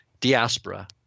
diaspora